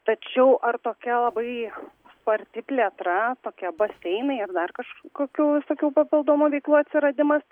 tačiau ar tokia labai sparti plėtra tokia baseinai ar dar kažkokių visokių papildomų veiklų atsiradimas